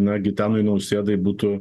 na gitanui nausėdai būtų